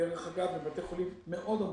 דרך אגב, הם בתי חולים מאוד עמוסים.